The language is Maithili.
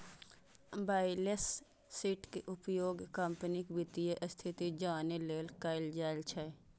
बैलेंस शीटक उपयोग कंपनीक वित्तीय स्थिति जानै लेल कैल जाइ छै